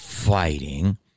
fighting